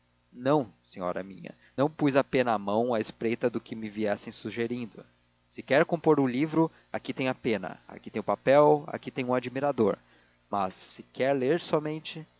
não senhora minha não pus a pena na mão à espreita do que me viessem sugerindo se quer compor o livro aqui tem a pena aqui tem papel aqui tem um admirador mas se quer ler somente